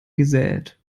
gesät